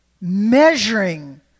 measuring